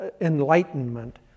enlightenment